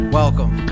welcome